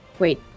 Wait